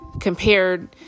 compared